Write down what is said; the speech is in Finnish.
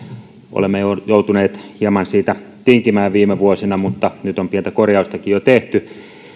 olemme joutuneet hieman siitä tinkimään viime vuosina mutta nyt on pientä korjaustakin jo tehty